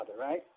right